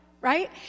Right